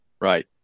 Right